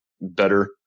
better